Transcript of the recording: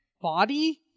body